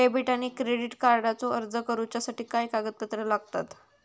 Debit आणि credit कार्डचो अर्ज करुच्यासाठी काय कागदपत्र लागतत?